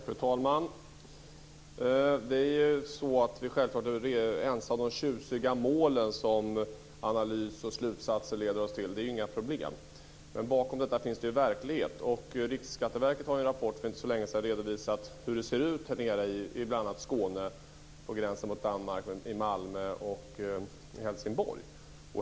Fru talman! Vi är självfallet överens om de tjusiga mål som analyser och slutsatser leder oss fram till. Det är inga problem, men bakom detta finns en verklighet. Riksskatteverket har i en rapport för inte så länge sedan redovisat hur det ser ut i bl.a. Skåne på gränsen mot Danmark, i Malmö och Helsingborg.